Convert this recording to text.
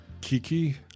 Kiki